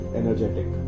energetic